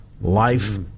life